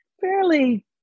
fairly